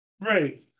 Right